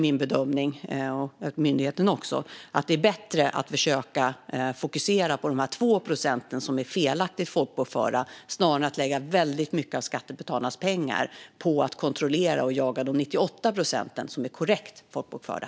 Min och myndighetens bedömning är att det är bättre att försöka fokusera på de 2 procent som är felaktigt folkbokförda snarare än att lägga väldigt mycket av skattebetalarnas pengar på att kontrollera och jaga de 98 procent som är korrekt folkbokförda.